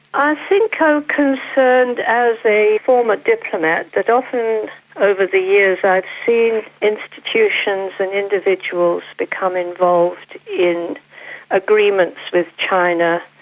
i think i'm ah concerned as a former diplomat that often over the years i've seen institutions and individuals become involved in agreements with china,